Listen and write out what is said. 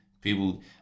People